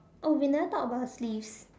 oh we never talk about the sleeves